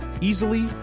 easily